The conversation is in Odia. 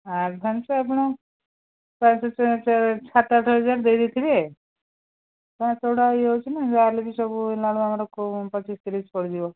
ଆଡ଼ଭାନ୍ସ ଆପଣ ସାତ ଆଠ ହଜାର ଦେଇଦେଇଥିବେ ଗୁଡ଼ା ହେଇଯାଉଛି ନା ଯାହାବି ହେଲେ ସବୁ ହେଲାବେଳକୁ ଆମର ପଚିଶ ତିରିଶ ପଡ଼ିଯିବ